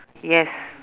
yes